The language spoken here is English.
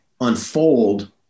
unfold